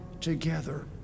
together